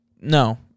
no